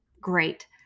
Great